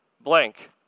blank